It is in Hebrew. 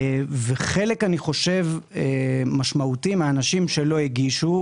וחלק אני חושב משמעותי מהאנשים שלא הגישו,